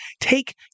take